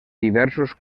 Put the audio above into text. diversos